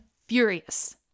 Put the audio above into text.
furious